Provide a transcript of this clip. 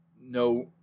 No